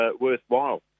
worthwhile